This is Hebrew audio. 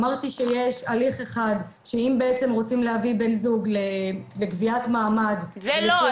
אמרתי שיש הליך אחד שאם רוצים להביא בן זוג לקביעת מעמד --- זה לא,